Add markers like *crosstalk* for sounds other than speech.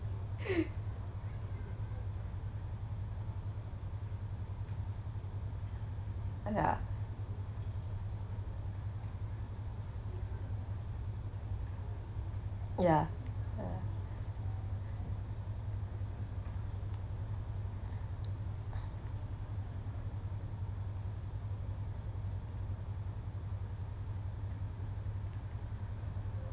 *breath* ya ya